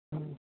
ಹ್ಞೂ